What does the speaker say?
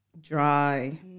dry